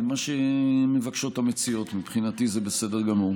מה שמבקשות המציעות מבחינתי זה בסדר גמור.